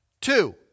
Two